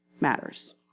matters